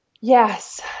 Yes